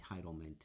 entitlement